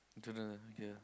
don't know okay ah